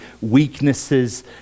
weaknesses